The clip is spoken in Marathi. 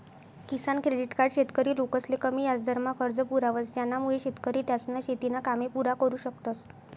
किसान क्रेडिट कार्ड शेतकरी लोकसले कमी याजदरमा कर्ज पुरावस ज्यानामुये शेतकरी त्यासना शेतीना कामे पुरा करु शकतस